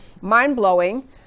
mind-blowing